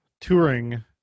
touring